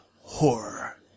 horror